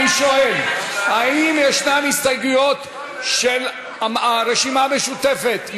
אני שואל: האם ישנן הסתייגויות של הרשימה המשותפת,